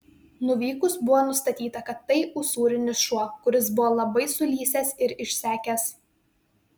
nuvykus buvo nustatyta kad tai usūrinis šuo kuris buvo labai sulysęs ir išsekęs